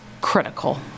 critical